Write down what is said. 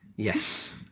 Yes